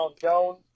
Jones